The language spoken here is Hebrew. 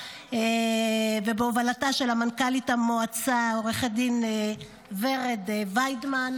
ובהובלתה של מנכ"לית המועצה עו"ד ורד וינדמן,